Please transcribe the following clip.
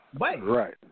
Right